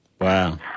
Wow